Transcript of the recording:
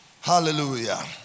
Hallelujah